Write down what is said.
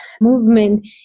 movement